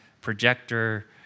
projector